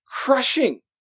crushing